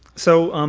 so, um